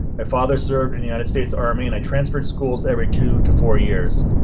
i father served in united states army and i transferred schools every two to four years.